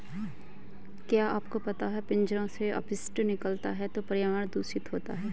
क्या आपको पता है पिंजरों से अपशिष्ट निकलता है तो पर्यावरण दूषित होता है?